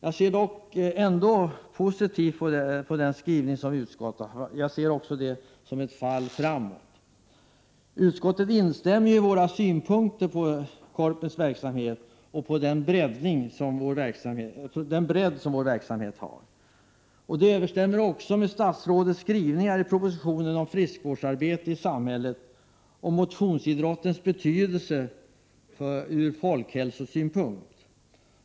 Jag ser dock positivt på den skrivning utskottet i övrigt gjort. Jag ser det som ett fall framåt. Utskottet instämmer i våra synpunkter på Korpens verksamhet och den bredd vår verksamhet har. Det överensstämmer också med statsrådets skrivningar i propositionen om friskvårdsarbete i samhället och motionsidrottens betydelse ur folkhälsosynpunkt.